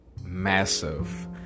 massive